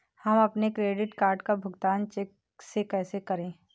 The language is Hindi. हम अपने क्रेडिट कार्ड का भुगतान चेक से कैसे करें?